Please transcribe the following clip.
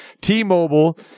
T-Mobile